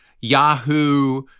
Yahoo